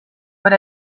but